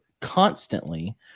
constantly